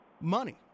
money